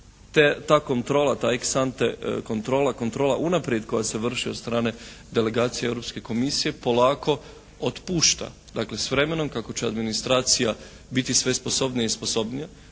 ta kontrola, ta ex sante kontrola, kontrola unaprijed koja se vrši od strane delegacije Europske komisije polako otpušta. Dakle s vremenom kako će administracija biti sve sposobnija i sposobnija,